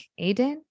Aiden